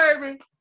baby